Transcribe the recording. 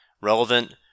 relevant